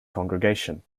congregation